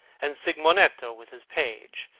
and simonetto with his page,